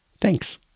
Thanks